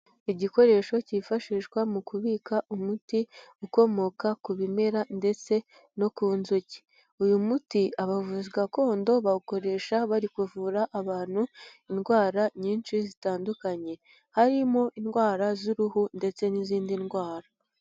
Igikoresho cyifashishwa mu kubika umuti ukomoka ku bimera ndetse no ku nzuki. Uyu muti abavuzi gakondo bawukoresha bari kuvura abantu indwara nyinshi zitandukanye. Harimo indwara z'uruhu ndetse n'izindi ndwara.